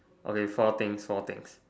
okay four things four things